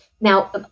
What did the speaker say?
Now